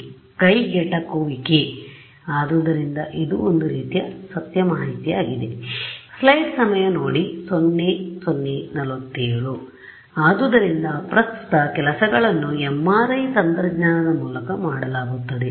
affordability ಆದ್ದರಿಂದ ಇದು ಒಂದು ರೀತಿಯ ಸತ್ಯ ಮಾಹಿತಿಯಾಗಿದೆ ಆದ್ದರಿಂದ ಪ್ರಸ್ತುತ ಕೆಲಸಗಳನ್ನು MRI ತಂತ್ರಜ್ಞಾನದ ಮೂಲಕ ಮಾಡಲಾಗುತ್ತದೆ